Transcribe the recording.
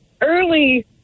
early